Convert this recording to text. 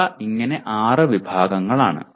ഇവ ഇങ്ങനെ ആറ് വിഭാഗങ്ങളാണ്